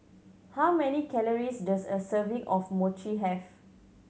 how many calories does a serving of Mochi have